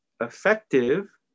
effective